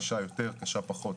קשה יותר או קשה פחות.